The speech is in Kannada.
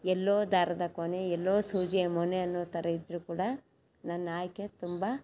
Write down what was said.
ಎಲ್ಲೋ ದಾರದ ಕೊನೆ ಎಲ್ಲೋ ಸೂಜಿಯ ಮೊನೆ ಅನ್ನೋ ಥರ ಇದ್ದರೂ ಕೂಡ ನನ್ನ ಆಯ್ಕೆ ತುಂಬ